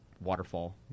waterfall